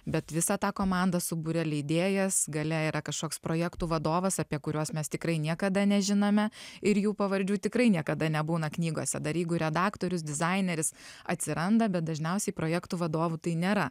bet visą tą komandą subūrė leidėjas gale yra kažkoks projektų vadovas apie kuriuos mes tikrai niekada nežinome ir jų pavardžių tikrai niekada nebūna knygose dar jeigu redaktorius dizaineris atsiranda bet dažniausiai projektų vadovų tai nėra